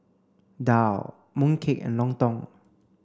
Daal Mooncake and Lontong